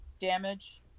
damage